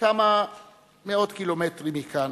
כמה מאות קילומטרים מכאן